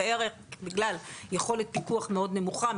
בגלל יכולת פיקוח מאוד נמוכה,